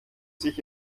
sich